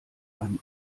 einem